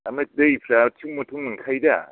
ओमफ्राय दैफोरा थिख मथे मोनखायो दा